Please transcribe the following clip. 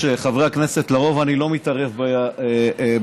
של חבר הכנסת מוסי רז וקבוצת חברי כנסת.